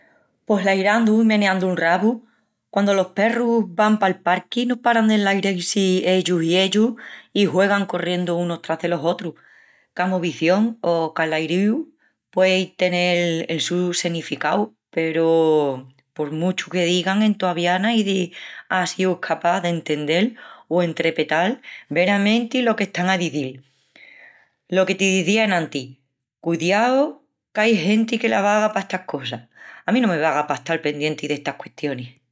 Pos lairandu i meneandu'l rabu. Quandu los perrus van pal parqui no paran de lairal-si ellus i ellus i juegan corriendu unus trás delos otrus. Ca movición o ca lairíu puei tenel el su senificau peru por muchu que digan entovía naidi á síu escapás d'entendel o entrepetal veramenti lo qu'están a izil. Lo que t'izía enantis, cudiau qu'ai genti que la vaga pa estas cosas! A mí no me vaga pa estal pendienti d'estas custionis!